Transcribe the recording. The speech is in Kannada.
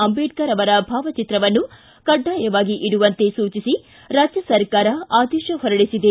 ಅಂಬೇಡ್ಕರ ಅವರ ಭಾವಚಿತ್ರವನ್ನು ಕಡ್ಡಾಯವಾಗಿ ಇಡುವಂತೆ ಸೂಚಿಸಿ ರಾಜ್ಯ ಸರ್ಕಾರ ಆದೇಶ ಹೊರಡಿಸಿದೆ